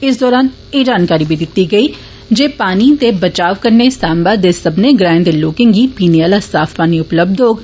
इस दौरान एह् जानकारी बी दित्ती गेई जे पानी दे बचाव कन्नै सांबा दे सब्मनें ग्रांएं दे लोकें गी पीने आला साफ पानी उपलब्ध होग